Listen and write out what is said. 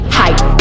hype